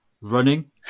running